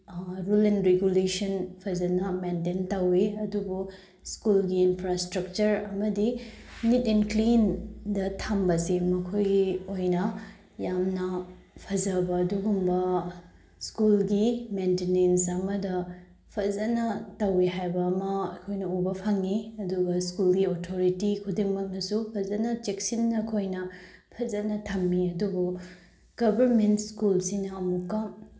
rule and regulation ꯐꯖꯅ maintain ꯇꯧꯏ ꯑꯗꯨꯕꯨ ꯁ꯭ꯀꯨꯜꯒꯤ ꯏꯟꯐ꯭ꯔꯥꯏꯁꯇ꯭ꯔꯛꯆꯔ ꯑꯃꯗꯤ ꯅꯤꯠ ꯑꯦꯟ ꯀ꯭ꯂꯤꯟꯗ ꯊꯝꯕꯁꯤ ꯃꯈꯣꯏꯒꯤ ꯑꯣꯏꯅ ꯌꯥꯝꯅ ꯐꯖꯕ ꯑꯗꯨꯒꯨꯝꯕ ꯁ꯭ꯀꯨꯜꯒꯤ ꯃꯦꯟꯇꯤꯅꯦꯟꯁ ꯑꯃꯗ ꯐꯖꯅ ꯇꯧꯏ ꯍꯥꯏꯕ ꯑꯃ ꯑꯩꯈꯣꯏꯅ ꯎꯕ ꯐꯪꯏ ꯑꯗꯨꯒ ꯁ꯭ꯀꯨꯜꯒꯤ ꯑꯣꯊꯣꯔꯤꯇꯤ ꯈꯨꯗꯤꯡꯃꯛꯅꯁꯨ ꯐꯖꯅ ꯆꯦꯛꯁꯤꯟꯅ ꯑꯩꯈꯣꯏꯅ ꯐꯖꯅ ꯊꯝꯃꯤ ꯑꯗꯨꯕꯨ ꯒꯕꯔꯃꯦꯟ ꯁ꯭ꯀꯨꯜꯁꯤꯅ ꯑꯃꯨꯛꯀ